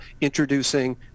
introducing